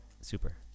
Super